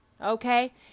Okay